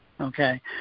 okay